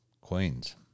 Queens